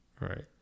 Right